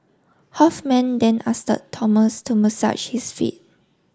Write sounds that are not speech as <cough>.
Hoffman then <unintelligible> Thomas to massage his feet